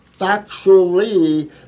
factually